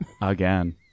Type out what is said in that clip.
again